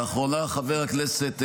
לאחרונה, חבר הכנסת דוידסון,